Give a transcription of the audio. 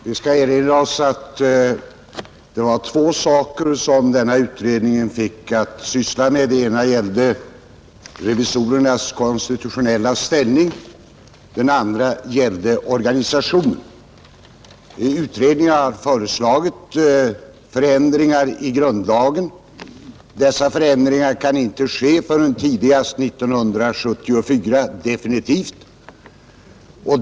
Herr talman! Vi skall erinra oss att denna utredning fick två frågor att syssla med; den ena gällde revisorernas Konstitutionella ställning, den andra gällde organisationen. Utredningen har föreslagit förändringar i grundlagen. Dessa förändringar kan inte genomföras definitivt förrän tidigast 1974.